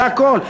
זה הכול.